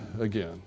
again